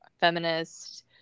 feminist